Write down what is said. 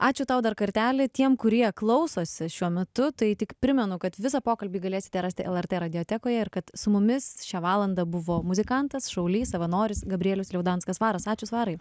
ačiū tau dar kartelį tiem kurie klausosi šiuo metu tai tik primenu kad visą pokalbį galėsite rasti lrt radiotekoje ir kad su mumis šią valandą buvo muzikantas šaulys savanoris gabrielius liaudanskas svaras ačiū svarai